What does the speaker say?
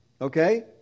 Okay